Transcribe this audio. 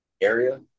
area